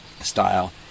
style